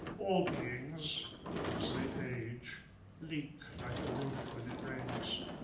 all beings as they age leak like a roof when it rains.